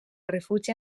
refugi